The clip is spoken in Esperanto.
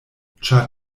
ĉar